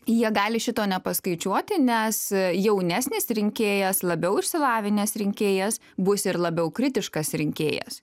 jie gali šito nepaskaičiuoti nes jaunesnis rinkėjas labiau išsilavinęs rinkėjas bus ir labiau kritiškas rinkėjas